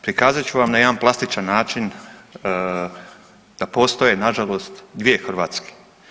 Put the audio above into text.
Prikazat ću vam na jedan plastičan način da postoje na žalost dvije Hrvatske.